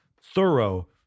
thorough